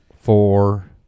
Four